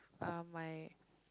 uh my